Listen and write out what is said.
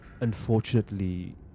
unfortunately